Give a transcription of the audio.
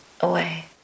away